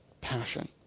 passion